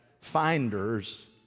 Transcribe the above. finders